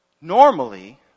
normally